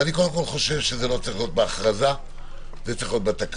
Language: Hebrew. אני חושב שזה לא צריך להיות בהכרזה אלא בתקנות.